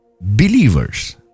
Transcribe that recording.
Believers